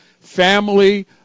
Family